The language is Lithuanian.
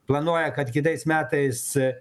planuoja kad kitais metais